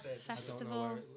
Festival